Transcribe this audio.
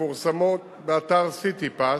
מתפרסמות באתר "סיטיפס".